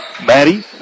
Maddie